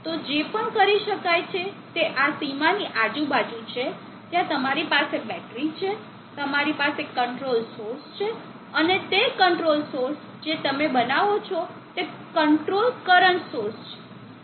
તો જે પણ કરી શકાય છે તે આ સીમાની આજુ બાજુ છે જ્યાં તમારી પાસે બેટરી છે તમારી પાસે કંટ્રોલ સોર્સ છે અને તે કંટ્રોલ સોર્સ જે તમે બનાવો છો તે કંટ્રોલ કરંટ સોર્સ છે